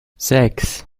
sechs